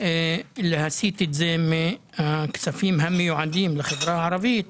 להסיט את זה מהכספים המיועדים לחברה הערבית